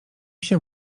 się